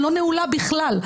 אני לא נעולה בכלל.